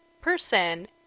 person